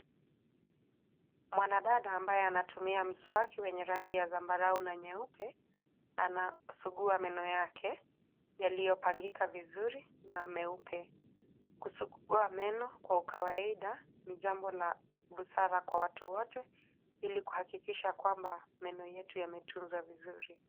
Mwana dada anayetumia mswaki wenye rangi ya zambarau na nyeupe anasugua meno yake yaliyo pangika vizuri na meupe. Kusugua meno kwa ukawaida ni jambo la busara kwa watu wote ili kuhakikisha kwamba meno yetu yametunzwa vizuri.